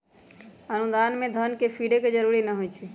अनुदान में धन के फिरे के जरूरी न होइ छइ